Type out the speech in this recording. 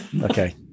Okay